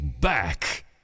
back